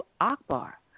akbar